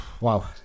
wow